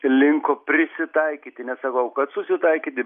linko prisitaikyti nesakau kad susitaikyti